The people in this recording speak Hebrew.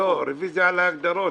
כן, רביזיה על ההגדרות.